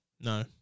No